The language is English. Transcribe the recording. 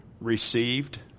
received